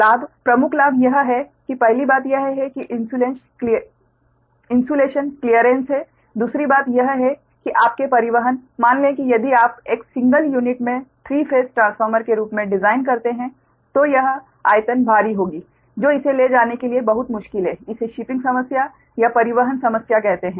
लाभ प्रमुख लाभ यह है कि पहली बात यह है कि इन्सुलेशन क्लीयरेंस है दूसरी बात यह है कि आपके परिवहन मान लें कि यदि आप एक सिंगल यूनिट में 3 फेस ट्रांसफार्मर के रूप में डिजाइन करते हैं तो यह आयतन भारी होगी जो इसे ले जाने के लिए बहुत मुश्किल है इसे शिपिंग समस्या या परिवहन समस्या कहते है